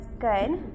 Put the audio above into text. good